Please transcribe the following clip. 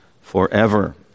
forever